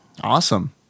Awesome